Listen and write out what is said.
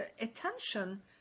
attention